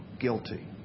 guilty